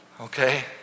okay